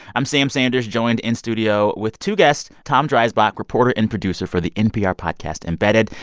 i'm sam sanders joined in studio with two guests tom dreisbach, reporter and producer for the npr podcast embedded,